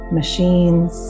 machines